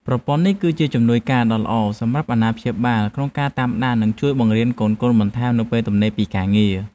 ប្រព័ន្ធនេះគឺជាជំនួយការដ៏ល្អសម្រាប់អាណាព្យាបាលក្នុងការតាមដាន និងជួយបង្រៀនកូនៗបន្ថែមនៅពេលទំនេរពីការងារ។